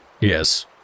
Yes